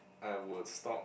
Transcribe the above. I would stop